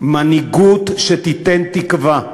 להיות מנהיגות שתיתן תקווה.